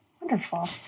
Wonderful